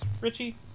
Richie